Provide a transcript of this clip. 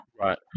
right